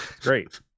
great